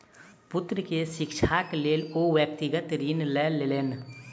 पुत्र के शिक्षाक लेल ओ व्यक्तिगत ऋण लय लेलैन